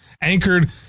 anchored